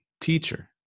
teacher